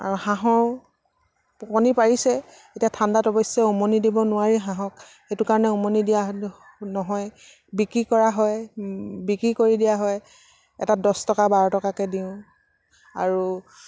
আৰু হাঁহৰ কণী পাৰিছে এতিয়া ঠাণ্ডাত অৱশ্যে উমনি দিব নোৱাৰি হাঁহক সেইটো কাৰণে উমনি দিয়া নহয় বিক্ৰী কৰা হয় বিক্ৰী কৰি দিয়া হয় এটা দছ টকা বাৰ টকাকৈ দিওঁ আৰু